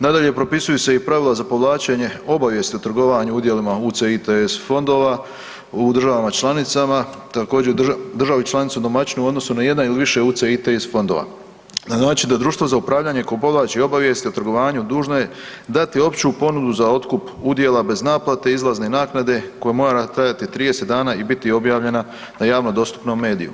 Nadalje, propisuju se i pravila za povlačenje obavijesti o trgovanju udjelima UCITS fondova u državama članicama, također državi članici domaćinu u odnosu na jedan ili više UCITS fondova na način da društvo za upravljanje koje povlači obavijest o trgovanju dužno je dati opću ponudu za otkup udjela bez naplate, izlazne naknade koja mora trajati 30 dana i biti objavljena na javno dostupnom mediju.